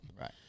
Right